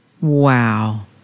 Wow